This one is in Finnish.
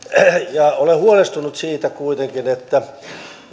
ja olen huolestunut siitä kuitenkin että